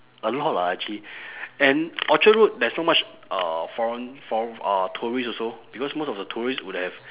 a lot lah actually and orchard road there's not much uh foreign foreign uh tourist also because most of the tourist would have